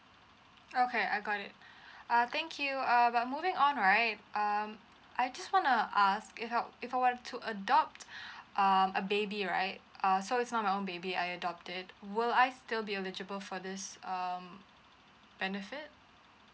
okay I got it uh thank you um by moving on right um I just wanna ask if help if I have to adopt um a baby right err so is not my own baby I adopt it will I still be eligible for this um benefit